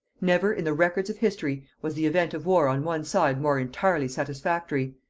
never in the records of history was the event of war on one side more entirely satisfactory,